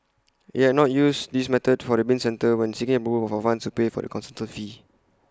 IT had not used this method for the bin centre when seeking approval for funds to pay the consultancy fee